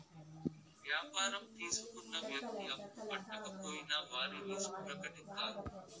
వ్యాపారం తీసుకున్న వ్యక్తి అప్పు కట్టకపోయినా వారి లిస్ట్ ప్రకటిత్తారు